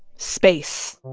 space.